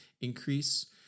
increase